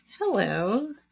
Hello